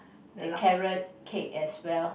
the carrot cake as well